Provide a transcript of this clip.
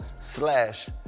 slash